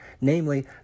Namely